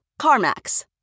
CarMax